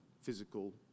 physical